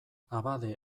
abade